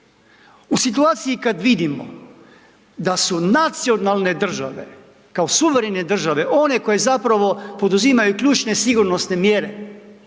U situaciji kad vidimo da su nacionalne države kao suverene države one koje zapravo poduzimaju ključne i sigurnosne mjere,